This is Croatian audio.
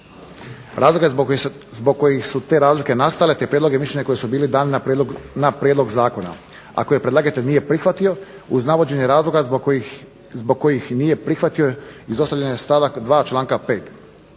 Razlog zbog kojih su te razlike nastale te prijedloge i mišljenja koji su bili dani na prijedlog zakona, a koje predlagatelj nije prihvatio uz navođenje razloga zbog kojih nije prihvatio izostavljen je stavak 2. članka 5.